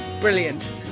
Brilliant